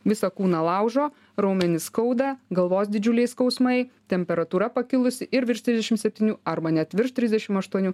visą kūną laužo raumenis skauda galvos didžiuliai skausmai temperatūra pakilusi ir virš trisdešim septynių arba net virš trisdešim aštuonių